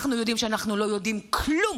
אנחנו יודעים שאנחנו לא יודעים כלום,